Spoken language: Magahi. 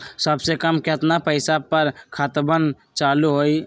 सबसे कम केतना पईसा पर खतवन चालु होई?